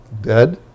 Dead